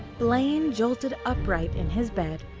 blaine jolted upright in his bed.